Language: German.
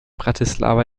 bratislava